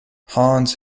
hans